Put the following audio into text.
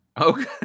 Okay